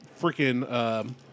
freaking